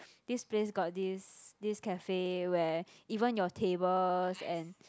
this place got this this cafe where even your tables and